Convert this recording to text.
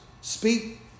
Speak